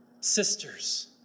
sisters